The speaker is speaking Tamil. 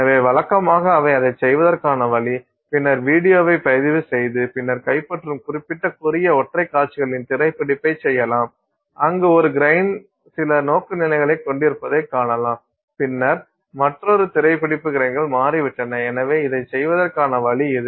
எனவே வழக்கமாக அவை அதைச் செய்வதற்கான வழி பின்னர் வீடியோவைப் பதிவுசெய்வது பின்னர் கைப்பற்றும் குறிப்பிட்ட குறுகிய ஒற்றை காட்சிகளின் திரைப் பிடிப்பைச் செய்யலாம் அங்கு ஒரு கிரைன் சில நோக்குநிலைகளைக் கொண்டிருப்பதைக் காணலாம் பின்னர் மற்றொரு திரை பிடிப்பு கிரைன்கள் மாறிவிட்டன எனவே இதைச் செய்வதற்கான வழி இது